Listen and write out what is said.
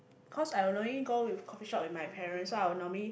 cause I only go with coffee shop with my parents so I'll normally